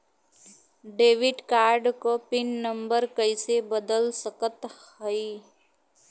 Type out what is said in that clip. Debit card क pin number कइसे बदल सकत हई?